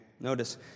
Notice